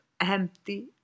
empty